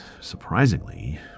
surprisingly